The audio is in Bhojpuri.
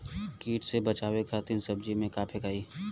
कीट से बचावे खातिन सब्जी में का फेकाई?